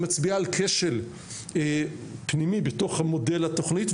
מצביעה על כשל פנימי בתוך מודל התוכנית,